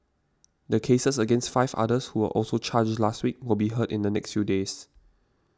the cases against five others who were also charged last week will be heard in the next few days